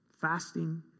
Fasting